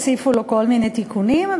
הוסיפו לו כל מיני תיקונים.